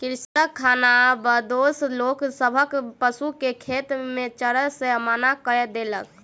कृषक खानाबदोश लोक सभक पशु के खेत में चरै से मना कय देलक